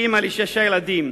אמא לשישה ילדים,